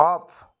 of